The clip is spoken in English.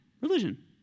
religion